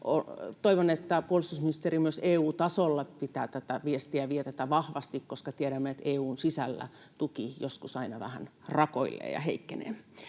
Toivon, että puolustusministeri myös EU-tasolla pitää tätä viestiä esillä ja vie tätä vahvasti, koska tiedämme, että EU:n sisällä tuki aina joskus vähän rakoilee ja heikkenee.